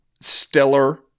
stellar